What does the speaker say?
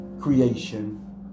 creation